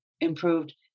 improved